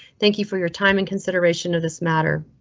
thank you for your time and consideration of this matter.